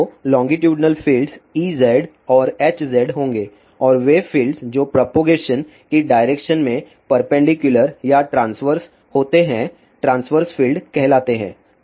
तो longitudinal fields Ez और Hz होंगे और वे फ़ील्ड्स जो प्रोपगेशन की डायरेक्शन में परपेंडिकुलर या ट्रांस्वर्स होते हैं ट्रांस्वर्स फ़ील्ड्स कहलाते हैं